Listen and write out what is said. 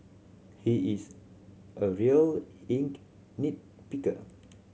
he is a real nit picker